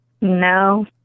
No